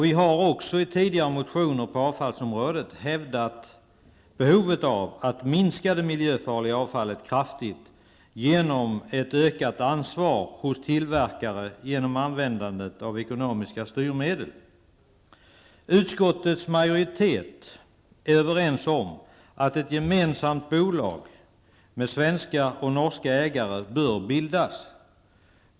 I tidigare motioner avseende avfallsområdet har vi hävdat behovet av att kraftigt minska det miljöfarliga avfallet genom att med ekonomiska styrmedel utöka ansvaret hos tillverkare. Utskottets majoritet är överens om att ett gemensamt bolag med svenska och norska ägare bör bildas.